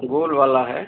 गोल वाला है